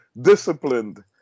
disciplined